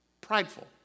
prideful